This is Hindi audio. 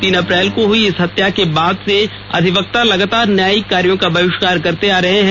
तीन अप्रैल को हई इस हत्या के बाद से अधिवक्ता लगातार न्यायिक कार्यों का बहिष्कार करते आ रहे हैं